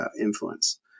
influence